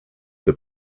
the